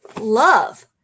love